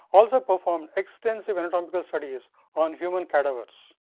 also performed extensive anatomical studies on human cadavers.